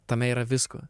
tame yra visko